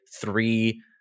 three